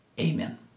amen